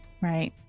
right